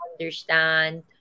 understand